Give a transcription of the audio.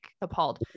appalled